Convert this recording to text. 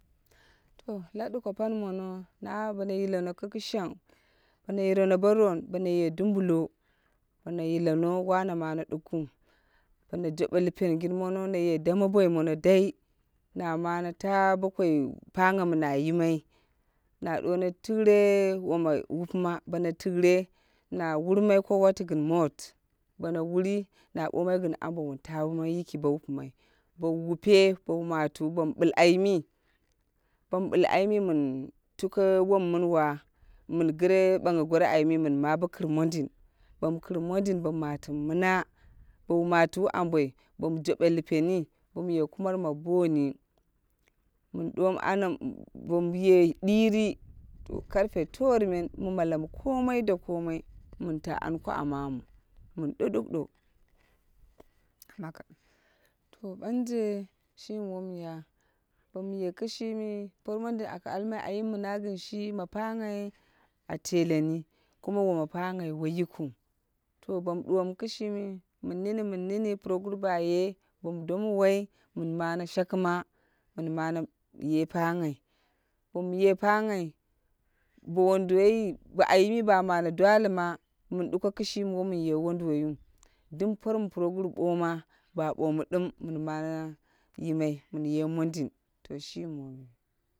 To la duko pani mono na bono yile no kɨ kɨshang, bono yileno bo non, bono ye dumbulo, bono yileno, wane mane dukow. Bono jobe lipen gin mono na ye dame boi mono dai na mane ta bo kai pangha mi na yimai, na duwono tikne woma wupima bono tikre na wurmai ko wati gin mot, bono wui na bomai an ambo wun tama bo wupumai. Bou wupe bow matuwu bom bil ayimi, bo ɓil ayimi irin tuka wom min wa. Min gire ɓangha gro ayimi min ma bo kii mondin bom kir mondin bom matimu mina bow matiwu amboi bom joɓe lipenii bom ye kumat ma boni bom ye ɗiri karpe torumen mu male mu kome da kome mun ta anko amamu mun duduk dow. To ɓanje shimi wom ya bom ye kishinu poi mondin a ka almai ayim mi na gi, shi ma panghai woi yi kwui. To bomu duwo mu kishimi min nini min nini puroguru ba ye boni domu wai min mane shakima min mane ye panghai. Bom ye panghai bo wonduwoi, bo ayimiba mane dwalima mun duko kishimi wo min ye wonduwoi yu. Dim pormi puroguru ɓoma, ba bomu dim min mane yimai min ye mondin to shimi.